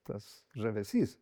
tas žavesys